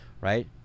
right